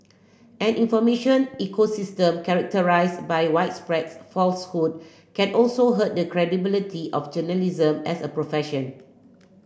an information ecosystem characterised by widespread falsehood can also hurt the credibility of journalism as a profession